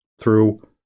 through-